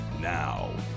Now